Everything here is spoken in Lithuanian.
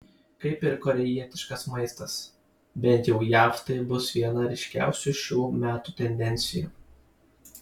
kaip ir korėjietiškas maistas bent jau jav tai bus viena ryškiausių šių metų tendencijų